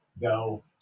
go